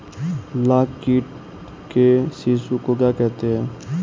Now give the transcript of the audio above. लाख कीट के शिशु को क्या कहते हैं?